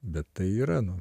bet tai yra nu